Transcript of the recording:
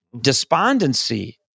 despondency